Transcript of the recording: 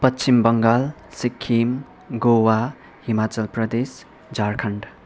Paschim Bangal Sikkim Goa Himachal Pradesh Jharkhand